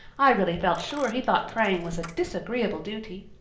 i really felt sure he thought praying was a disagreeable duty.